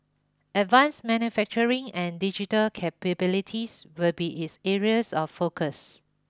advanced manufacturing and digital capabilities will be its areas of focus